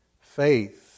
Faith